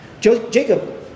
Jacob